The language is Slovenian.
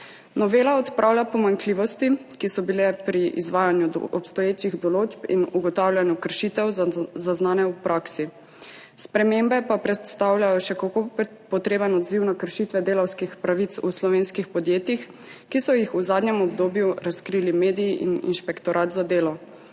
Novela odpravlja pomanjkljivosti, ki so bile pri izvajanju obstoječih določb in ugotavljanju kršitev zaznane v praksi, spremembe pa predstavljajo še kako potreben odziv na kršitve delavskih pravic v slovenskih podjetjih, ki so jih v zadnjem obdobju razkrili mediji in Inšpektorat za delo.